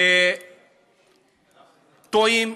שטועים,